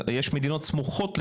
יש מדינות סמוכות לרוסיה,